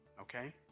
okay